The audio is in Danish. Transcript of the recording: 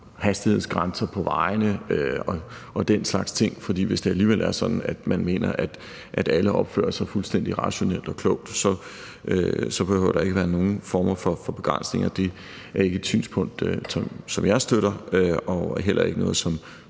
hastighedsgrænser på vejene og den slags ting, fordi hvis det alligevel er sådan, at man mener, at alle opfører sig fuldstændig rationelt og klogt, så behøver der ikke at være nogen former for begrænsninger i det. Det er ikke et synspunkt, som jeg støtter, og heller ikke noget, som